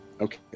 Okay